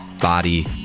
body